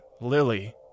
lily